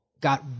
got